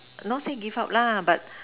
not say give up lah but